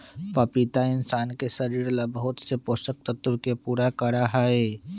पपीता इंशान के शरीर ला बहुत से पोषक तत्व के पूरा करा हई